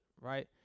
right